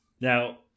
Now